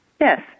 Yes